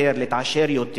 להתעשר יותר,